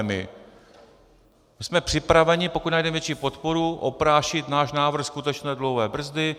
My jsme připraveni, pokud najdeme větší podporu, oprášit náš návrh skutečné dluhové brzdy.